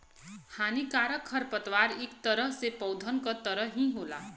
हानिकारक खरपतवार इक तरह से पौधन क तरह ही होला